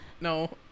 No